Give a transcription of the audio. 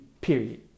period